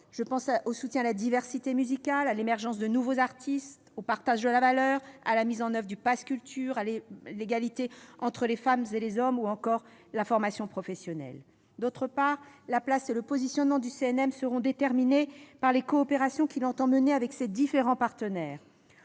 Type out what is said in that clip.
Je pense au soutien à la diversité musicale, à l'émergence de nouveaux artistes, au partage de la valeur, à la mise en oeuvre du pass culture, à l'égalité entre les femmes et les hommes ou encore à la formation professionnelle. En outre, la place et le positionnement du CNM seront déterminés par les coopérations qu'il entendra mener avec ses différents partenaires.